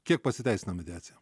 kiek pasiteisina mediacija